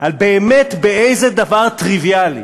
באמת, באיזה דבר טריוויאלי,